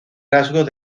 rasgos